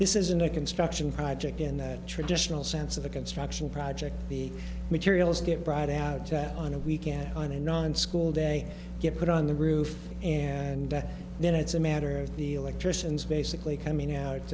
this isn't a construction project in the traditional sense of a construction project the materials get brought out on a weekend on a non school day get put on the roof and then it's a matter of the electricians basically coming out